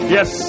Yes